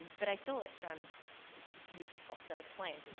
but i stole it from you people. so explain.